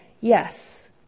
yes